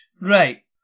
Right